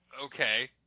Okay